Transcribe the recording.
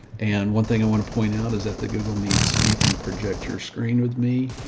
and one thing i want to point out is that the google meets, you can project your screen with me,